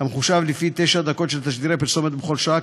המחושב לפי תשע דקות של תשדירי פרסומת בכל שעה,